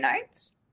notes